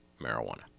marijuana